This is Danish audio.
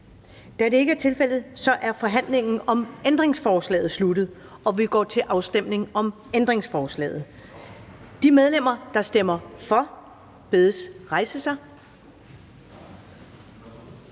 Da det ikke er tilfældet, er forhandlingen om ændringsforslaget afsluttet, og vi går til afstemning om ændringsforslaget. Kl. 14:45 Afstemning Første